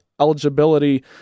eligibility